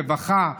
רווחה,